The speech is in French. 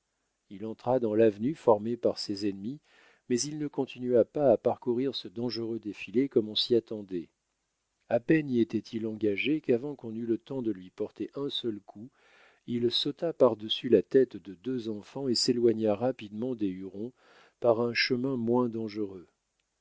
il entra dans l'avenue formée par ses ennemis mais il ne continua pas à parcourir ce dangereux défilé comme on s'y attendait à peine y était-il engagé qu'avant qu'on eût le temps de lui porter un seul coup il sauta par-dessus la tête de deux enfants et s'éloigna rapidement des hurons par un chemin moins dangereux